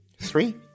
Three